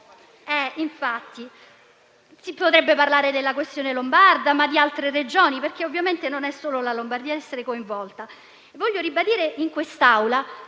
Infatti. Si potrebbe parlare della questione lombarda, ma anche di altre Regioni, perché ovviamente non solo la Lombardia è coinvolta. Vorrei ribadire in quest'Aula